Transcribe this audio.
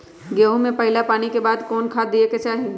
गेंहू में पहिला पानी के बाद कौन खाद दिया के चाही?